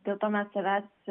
dėl to mes savęs